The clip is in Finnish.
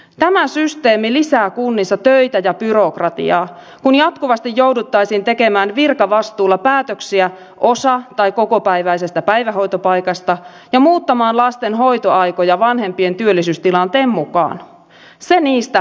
tämä systeemi lisää kunnissa töitä ja byrokratiaa kun jatkuvasti jouduttaisiin tekemään virkavastuulla päätöksiä osa tai kokopäiväisestä päivähoitopaikasta ja muuttamaan lasten hoitoaikoja vanhempien työllisyystilanteen mukaan se niistä norminpurkutalkoista